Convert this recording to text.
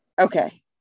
Okay